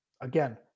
Again